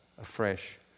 afresh